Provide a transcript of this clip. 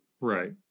Right